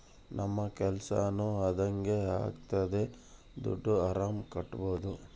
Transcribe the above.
ನಮ್ ಕೆಲ್ಸನೂ ಅದಂಗೆ ಆಗ್ತದೆ ದುಡ್ಡು ಆರಾಮ್ ಕಟ್ಬೋದೂ